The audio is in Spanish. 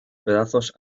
pedazos